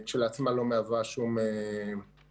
כשלעצמה לא מהווה שום אילוץ.